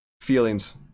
feelings